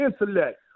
intellect